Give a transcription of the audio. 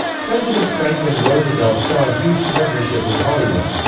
president franklin roosevelt saw a huge partnership with hollywood.